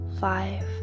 five